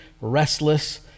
restless